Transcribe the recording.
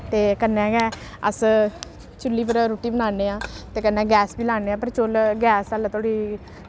ते कन्नै गै अस चु'ल्ली पर रुट्टी बनान्ने आं ते कन्नै गैस बी लान्ने आं पर चु'ल्ल गैस हाल्लें धोड़ी